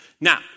Now